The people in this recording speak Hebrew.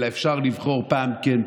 אלא אפשר לבחור פעם כן,